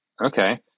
okay